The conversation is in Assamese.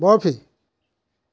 বৰফি